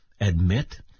admit